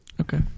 Okay